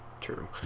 True